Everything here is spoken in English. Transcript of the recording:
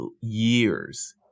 years